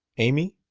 amy?